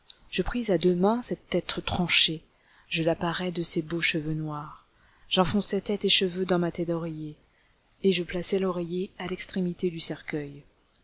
je pris à deux mains cette tête tranchée je la parai de ses beaux cheveux noirs j'enfonçai tête et cheveux dans ma taie d'oreiller et je plaçai l'oreiller à l'extrémité du cercueil